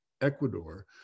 Ecuador